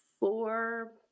four